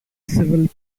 civil